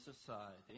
society